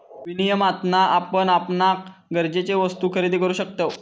विनियमातना आपण आपणाक गरजेचे वस्तु खरेदी करु शकतव